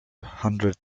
hundred